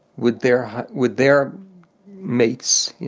with their with their mates,